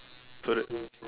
so that